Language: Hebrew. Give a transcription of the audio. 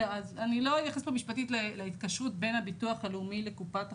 אני לא נכנסת פה משפטית להתקשרות בין הביטוח הלאומי לקופת החולים.